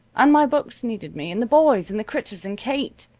and my books needed me, and the boys, and the critters, and kate.